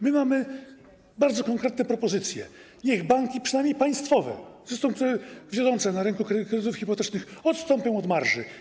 My mamy bardzo konkretne propozycje: niech banki, przynajmniej państwowe, przecież są wiodące na rynku kredytów hipotecznych, odstąpią od marży.